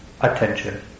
attention